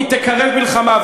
היא תקרב מלחמה.